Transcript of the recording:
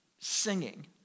singing